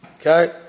Okay